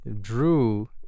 drew